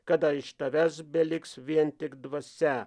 kada iš tavęs beliks vien tik dvasia